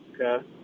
Okay